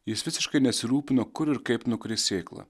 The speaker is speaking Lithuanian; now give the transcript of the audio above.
jis visiškai nesirūpino kur ir kaip nukris sėkla